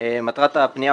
מטרת הפנייה,